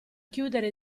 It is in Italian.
chiudere